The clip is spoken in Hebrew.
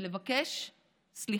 ולבקש סליחה.